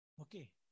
Okay